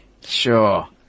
Sure